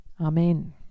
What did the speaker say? Amen